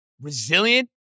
resilient